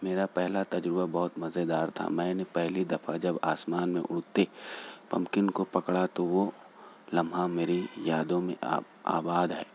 میرا پہلا تجربہ بہت مزیدار تھا میں نے پہلی دفعہ جب آسمان میں اڑتے پمپکن کو پکڑا تو وہ لمحہ میری یادوں میں آباد ہے